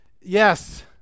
yes